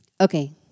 Okay